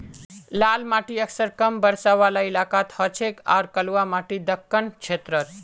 लाल माटी अक्सर कम बरसा वाला इलाकात हछेक आर कलवा माटी दक्कण क्षेत्रत